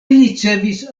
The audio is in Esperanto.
ricevis